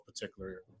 particular